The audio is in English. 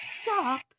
Stop